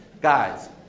Guys